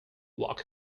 walk